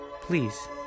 please